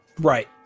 Right